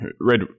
Red